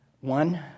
One